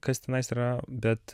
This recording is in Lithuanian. kas tenais yra bet